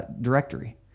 directory